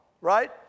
right